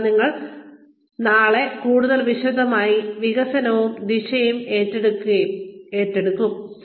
കൂടാതെ ഞങ്ങൾ നാളെ കൂടുതൽ വിശദമായി വികസനവും ദിശയും ഏറ്റെടുക്കും